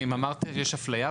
אמרתם שיש אפליה,